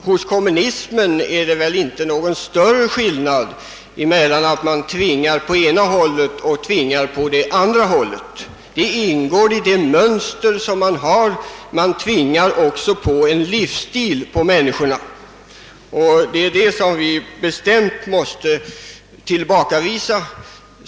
Hos kommunismen är det väl ingen större skillnad mellan att tvinga på det ena hållet och att tvinga på det andra hållet — det ingår i det mönster som kommunismen har. Man tvingar också på människorna en livsstil. Det är detta som vi bestämt måste tillbakavisa.